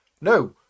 No